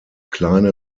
kleine